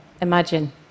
imagine